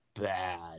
bad